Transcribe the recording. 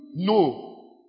No